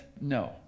No